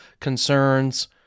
concerns